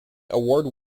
award